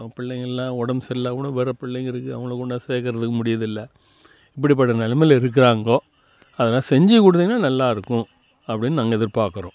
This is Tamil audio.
நம்ம பிள்ளைங்கெல்லாம் உடம்பு சரில்ல கூட வர பிள்ளைங்களுக்கு அவங்கள கொண்டாந்து சேர்க்கறதுக்கு முடியிறதில்லை இப்படிப்பட்ட நிலமையில இருக்குறாங்க அதெல்லாம் செஞ்சுக் கொடுத்தீங்கனா நல்லா இருக்கும் அப்படின்னு நாங்கள் எதிர்பார்க்குறோம்